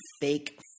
fake